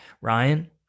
Ryan